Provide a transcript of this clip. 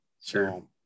Sure